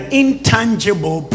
intangible